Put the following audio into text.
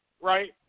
right